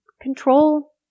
control